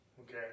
Okay